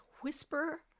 whisper